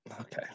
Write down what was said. Okay